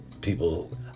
people